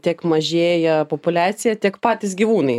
tiek mažėja populiacija tiek patys gyvūnai